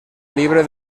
libre